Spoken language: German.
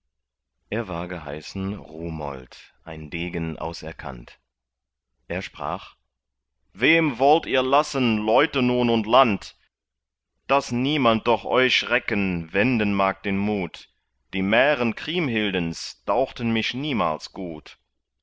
er war geheißen rumold ein degen auserkannt er sprach wem wollt ihr lassen leute nun und land daß niemand doch euch recken wenden mag den mut die mären kriemhildens dauchten mich niemals gut